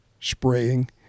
spraying